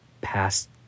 past